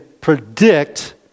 predict